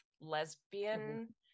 lesbian